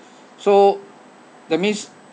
so that means